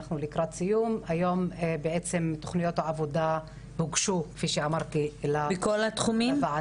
היום תוכניות העבודה הוגשו כפי שאמרתי לוועדה --- בכל התחומים?